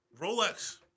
Rolex